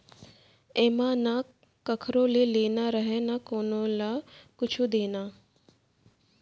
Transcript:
एमा न कखरो ले लेना रहय न कोनो ल कुछु देना